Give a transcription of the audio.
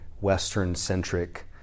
western-centric